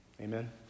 Amen